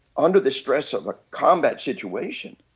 under the stress of a combat situation,